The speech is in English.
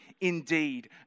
indeed